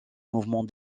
mouvement